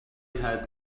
had